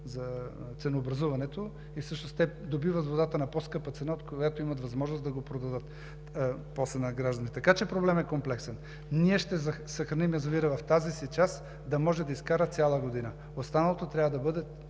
за ценообразуването – всъщност те добиват водата на по-скъпа цена, от която имат възможност да я продадат после на гражданите. Така че проблемът е комплексен. Ние ще съхраним язовира в тази си част да може да изкара цяла година, останалото трябва да бъде